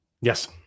Yes